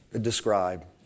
describe